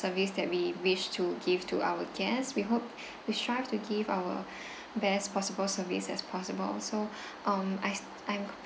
service that we wish to give to our guests we hope we strive to give our best possible service as possible so um I I